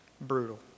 brutal